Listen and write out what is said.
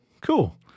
cool